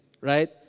right